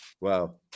Wow